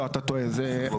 לא, אתה טועה, זה לכל.